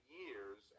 years